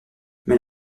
mais